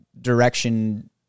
direction